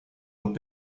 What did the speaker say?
und